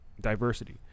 diversity